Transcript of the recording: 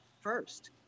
first